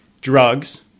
drugs